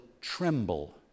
tremble